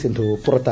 സിന്ധു പുറത്ത്